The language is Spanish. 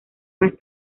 más